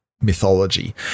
mythology